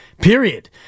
period